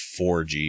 4G